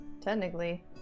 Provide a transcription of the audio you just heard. technically